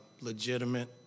legitimate